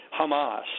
Hamas